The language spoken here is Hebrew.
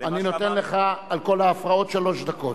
אני נותן לך על כל ההפרעות שלוש דקות.